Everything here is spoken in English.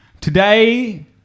today